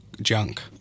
junk